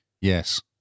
Yes